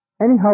anyhow